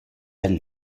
elles